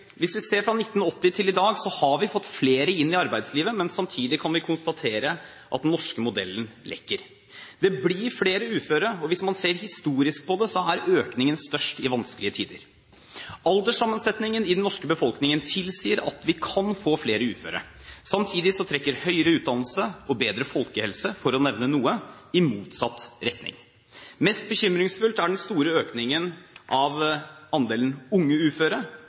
Hvis vi ser fra 1980 til i dag, har vi fått flere inn i arbeidslivet, men samtidig kan vi konstatere at den norske modellen lekker. Det blir flere uføre, og hvis man ser historisk på det, er økningen størst i vanskelige tider. Alderssammensetningen i den norske befolkningen tilsier at vi kan få flere uføre, samtidig trekker høyere utdannelse og bedre folkehelse, for å nevne noe, i motsatt retning. Mest bekymringsfullt er den store økningen av andelen unge uføre